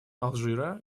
алжира